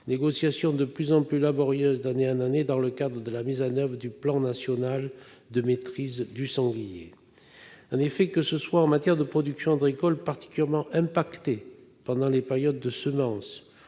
négociations sont de plus en plus laborieuses d'année en année, dans le cadre de la mise en oeuvre du plan national de maîtrise du sanglier. En matière de productions agricoles, particulièrement impactées pendant les périodes de semences,